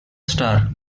star